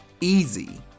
easy